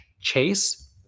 chase